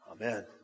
Amen